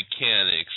mechanics